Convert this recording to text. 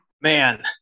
Man